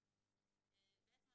התשע"ט 2018". בעצם,